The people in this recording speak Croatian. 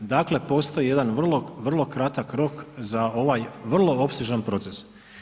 Dakle postoji jedan vrlo, vrlo kratak rok za ovaj vrlo opsežan proces.